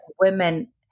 women